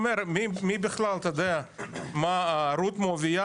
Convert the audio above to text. לגבי רות המואבייה,